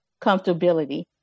comfortability